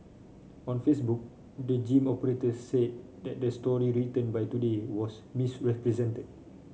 on Facebook the gym operator said that the story written by Today was misrepresented